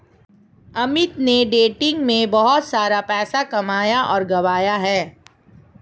अमित ने day trading में बहुत सारा पैसा कमाया और गंवाया है